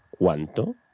¿Cuánto